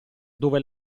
dove